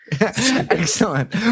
Excellent